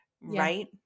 right